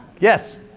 Yes